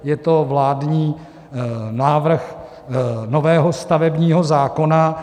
Je to vládní návrh nového stavebního zákona.